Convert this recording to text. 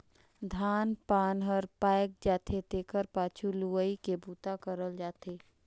धान पान हर पायक जाथे तेखर पाछू लुवई के बूता करल जाथे